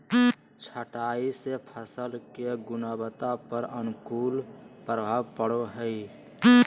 छंटाई से फल के गुणवत्ता पर अनुकूल प्रभाव पड़ो हइ